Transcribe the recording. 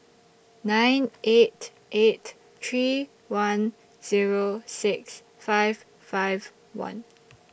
nine eight eight three one Zero six five five one